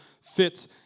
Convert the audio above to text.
fits